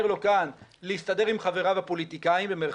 לו כאן 'להסתדר עם חבריו הפוליטיקאים',